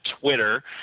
Twitter